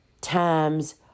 times